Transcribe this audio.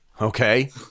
Okay